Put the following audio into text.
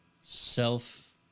self